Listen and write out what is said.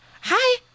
Hi